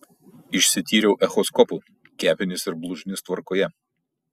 išsityriau echoskopu kepenys ir blužnis tvarkoje